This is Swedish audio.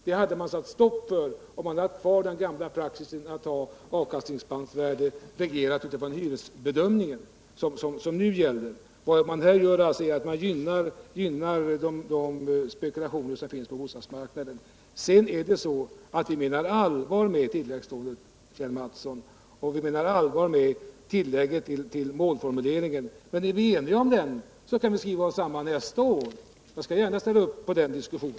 Det hade man satt stopp för om man behållit hittills gällande praxis och haft ett avkastningspantvärde som grundar sig på cen hyresbedömning. Nu xommer man att gynna spekulationerna på bostadsmarknaden. Sedan är det så, Kjell Mattsson, att vi menar allvar med vårt förslag när det gäller tilläggslån. Vi menar också allvar med vårt förslag om tillägg till målformuleringen. Är vi eniga om den formuleringen kan vi kanske skriva oss samman nästa år. Jag skall gärna ställa upp på en sådan diskussion.